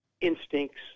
instincts